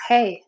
Hey